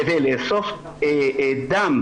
כדי לאסוף דם,